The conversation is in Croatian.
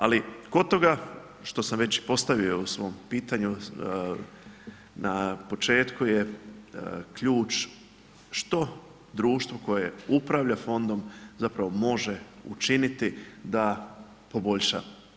Ali kod toga, što sam već i postavio u svom pitanju, na početku je ključ što društvo koje upravlja Fondom zapravo može učiniti da poboljša.